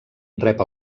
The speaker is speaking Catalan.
rep